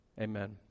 amen